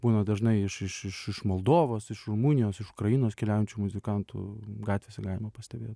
būna dažnai iš iš iš iš moldovos iš rumunijos iš ukrainos keliaujančių muzikantų gatvėse galima pastebėt